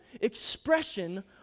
expression